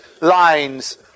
lines